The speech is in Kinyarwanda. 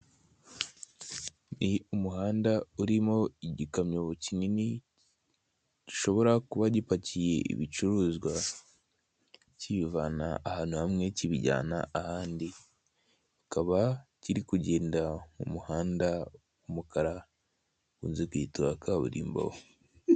Ni umuhanda urimo igikamyo kinini gishobora kuba gipakiye ibicuruzwa kibivana ahantu hamwe kibijyana ahandi kikaba kiri kugenda mu muhanda w'umukara bakunze kwita kaburimbo.